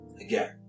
again